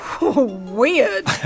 Weird